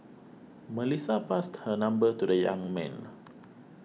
Melissa passed her number to the young man